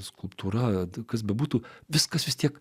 skulptūra kas bebūtų viskas vis tiek